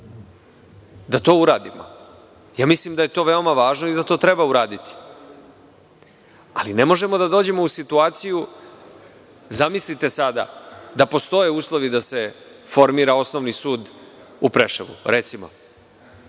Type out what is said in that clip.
da to uradimo. Mislim da je to veoma važno i da to treba uraditi. Ali, ne možemo da dođemo u situaciju, zamislite da postoje uslovi da se formira osnovni sud u Preševu, recimo,